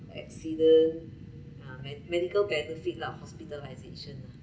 accident ya medical benefit lah hospitalisation lah